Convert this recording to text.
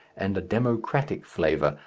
and a democratic flavour,